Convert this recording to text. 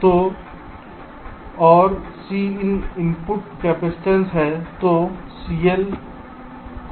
तो और Cin input capacitance है